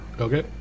Okay